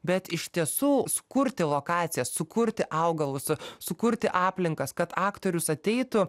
bet iš tiesų sukurti lokacijas sukurti augalus sukurti aplinkas kad aktorius ateitų